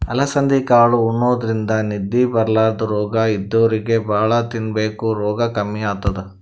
ಅಲಸಂದಿ ಕಾಳ್ ಉಣಾದ್ರಿನ್ದ ನಿದ್ದಿ ಬರ್ಲಾದ್ ರೋಗ್ ಇದ್ದೋರಿಗ್ ಭಾಳ್ ತಿನ್ಬೇಕ್ ರೋಗ್ ಕಮ್ಮಿ ಆತದ್